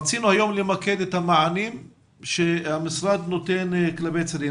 היום רצינו למקד את המענים שהמשרד נותן לצעירים,